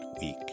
week